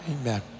Amen